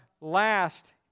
last